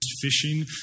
Fishing